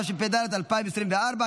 התשפ"ד 2024,